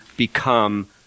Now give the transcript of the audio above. Become